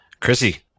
Chrissy